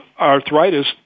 arthritis